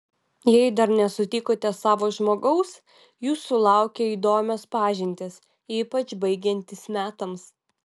jei dar nesutikote savo žmogaus jūsų laukia įdomios pažintys ypač baigiantis metams